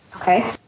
Okay